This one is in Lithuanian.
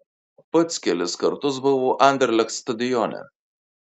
pats kelis kartus buvau anderlecht stadione